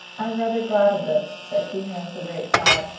i'm rather glad of this, said treherne, with a great sigh.